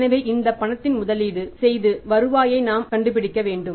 எனவே இந்த பணத்தில் முதலீடு செய்து வருவாயை நாம் கண்டுபிடிக்க வேண்டும்